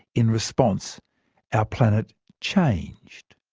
in response our planet changed.